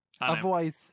Otherwise